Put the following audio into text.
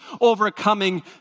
overcoming